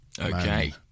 Okay